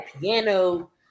piano